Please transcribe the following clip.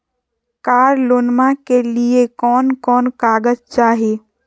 कार लोनमा के लिय कौन कौन कागज चाही?